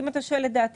אם אתה שואל לדעתי,